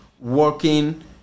working